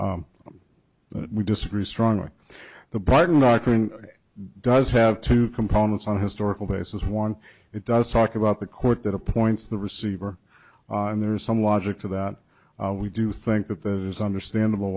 we disagree strongly the button not does have two components on historical bases one it does talk about the court that appoints the receiver and there's some logic to that we do think that that is understandable